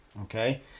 Okay